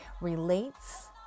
Relates